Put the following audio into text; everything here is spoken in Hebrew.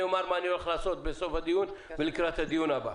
אומר מה אני הולך לעשות בסוף הדיון ולקראת הדיון הבא.